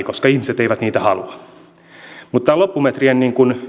koska ihmiset eivät niitä halua tämä loppumetrien